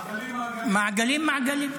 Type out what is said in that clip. מעגלים-מעגלים.